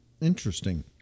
Interesting